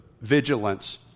vigilance